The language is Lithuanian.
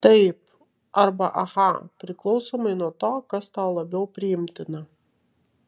taip arba aha priklausomai nuo to kas tau labiau priimtina